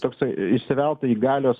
toksai įsivelta į galios